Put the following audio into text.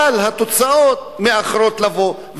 אבל התוצאות מאחרות לבוא,